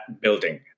building